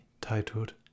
titled